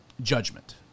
judgment